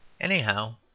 Anyhow